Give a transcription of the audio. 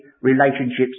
relationships